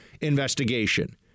investigation